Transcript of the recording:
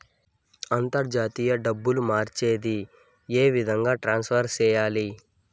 అంతర్జాతీయ డబ్బు మార్చేది? ఏ విధంగా ట్రాన్స్ఫర్ సేయాలి?